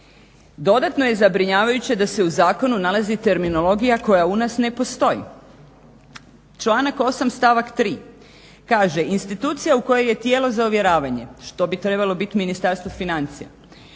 Dodatno je zabrinjavajuće da se u zakonu nalazi terminologija koja u nas ne postoji. Članak 8. stavak 3. kaže: "Institucija u kojoj je tijelo za uvjeravanje" što bi trebalo biti Ministarstvo financija,